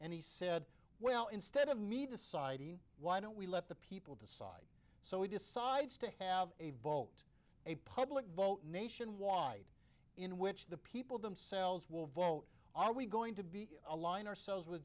and he said well instead of me to society why don't we let the people decide so he decides to have a vote a public vote nationwide in which the people themselves will vote are we going to be align ourselves with